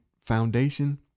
foundation